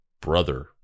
brother